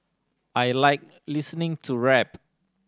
I like listening to rap